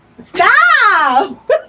stop